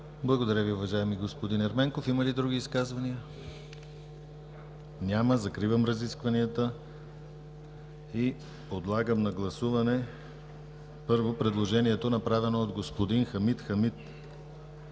Благодаря Ви, уважаеми господин Ерменков. Има ли други изказвания? Няма. Закривам разискванията. Подлагам на гласуване, първо, предложението направено от господин Хамид Хамид